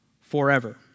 forever